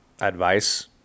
advice